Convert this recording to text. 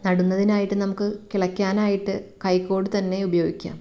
നടുന്നതിനായിട്ട് നമുക്ക് കിളയ്ക്കാനായിട്ട് കൈക്കോട്ട് തന്നെ ഉപയോഗിക്കാം